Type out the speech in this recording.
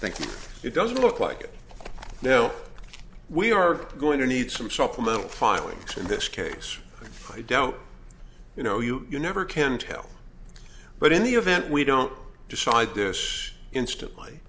you it doesn't look like it now we are going to need some supplemental filing in this case i don't you know you you never can tell but in the event we don't decide this instantly